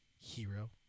hero